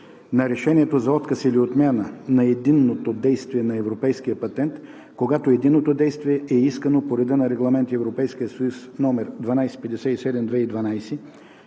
на решението за отказ или отмяна на единното действие на европейския патент, когато единното действие е искано по реда на Регламент (ЕС) № 1257/2012